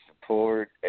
support